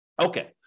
Okay